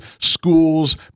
schools